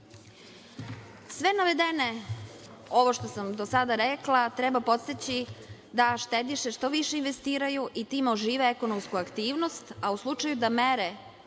navedeno što sam do sada rekla podstiče da štediše što više investiraju i time ožive ekonomsku aktivnost, a u slučaju da mere